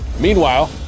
Meanwhile